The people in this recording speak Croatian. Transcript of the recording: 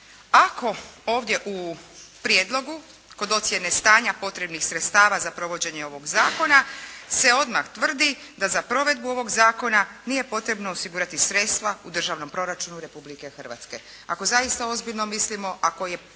ako ovdje u prijedlogu kod ocjene stanja potrebnih sredstava za provođenje ovog zakona se odmah tvrdi da za provedbu ovog zakona nije potrebno osigurati sredstva u Državnom proračunu Republike Hrvatske.